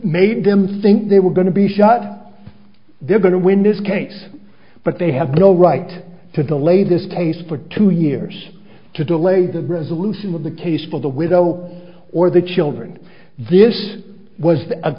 made them think they were going to be shot they're going to win this case but they have no right to the latest case for two years to delay the resolution of the case for the widow or the children this was